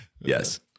Yes